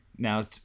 Now